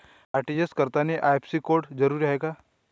RTGS करतांनी IFSC code जरुरीचा हाय का?